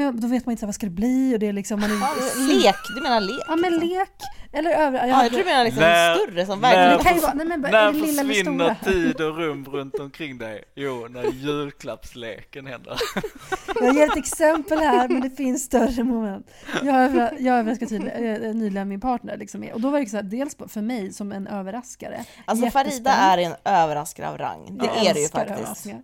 Då vet man inte vad ska det bli, och det är liksom- man är- Ja, lek. Du menar lek, Ja, men liksom. lek. Eller övriga- jag Ja, jag hade- tror du menar liksom Nej. större som verkligen- När Nej, det kan ju vara- nej, men bara- är försvinner det lilla eller stora? tid och rum runt omkring dig? Jo, när julklappsleken händer. Jag ger ett exempel här, men det finns större moment. Jag har överra- jag har överraskat tydligen- nyligen min partner, liksom. Och då var det så här, dels för mig som en överraskare. Alltså, Farida Jättespänt. är en överraskare av rang. Det Ja. Jag är det ju älskar faktiskt. överraskningar.